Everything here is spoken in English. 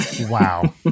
Wow